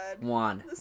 One